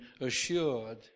assured